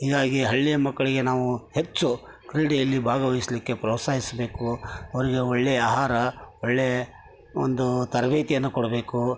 ಹೀಗಾಗಿ ಹಳ್ಳಿಯ ಮಕ್ಕಳಿಗೆ ನಾವು ಹೆಚ್ಚು ಕ್ರೀಡೆಯಲ್ಲಿ ಭಾಗವಹಿಸ್ಲಿಕ್ಕೆ ಪ್ರೋತ್ಸಾಹಿಸಬೇಕು ಅವರಿಗೆ ಒಳ್ಳೆಯ ಆಹಾರ ಒಳ್ಳೆಯ ಒಂದು ತರಬೇತಿಯನ್ನು ಕೊಡಬೇಕು